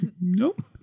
Nope